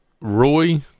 roy